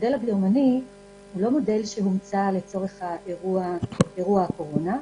המודל הגרמני הוא לא מודל שהומצא לצורך האירוע הקורונה.